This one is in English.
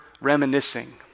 reminiscing